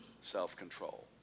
self-control